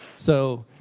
so,